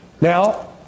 Now